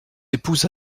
épouse